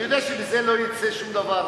של מותו של הילד מוחמד א-דורה,